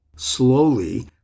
slowly